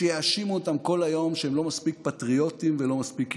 ושיאשימו אותם כל היום שהם לא מספיק פטריוטים ולא מספיק יהודים.